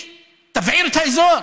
תבעיר את האזור.